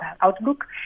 outlook